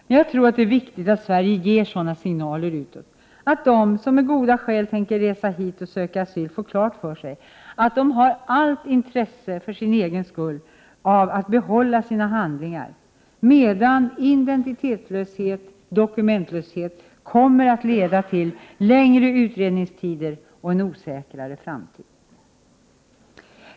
Men jag tror att det är viktigt att Sverige ger sådana signaler utåt att de som med goda skäl tänker resa hit och söka asyl får klart för sig att de för sin egen skull har allt intresse av att behålla sina handlingar, medan identitetslöshet och dokumentslöshet kommer att leda till längre utredningstider och en osäkrare framtid.